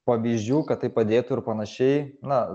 pavyzdžių kad tai padėtų ir panašiai na